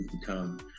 become